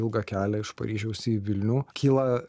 ilgą kelią iš paryžiaus į vilnių kyla